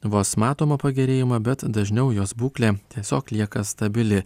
vos matomą pagerėjimą bet dažniau jos būklė tiesiog lieka stabili